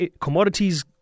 commodities